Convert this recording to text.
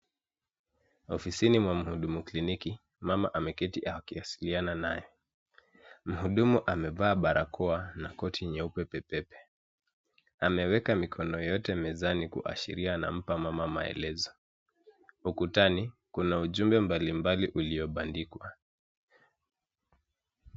Ofisini mwa mhudumu wa kliniki, mama ameketi akiasiliana naye. Mhudumu amevaa barakoa, na koti nyeupe pepepe. Ameweka mikono yote mezani kuashiria anampa mama maelezo. Ukutani, kuna ujumbe mbalimbali uliobandikwa.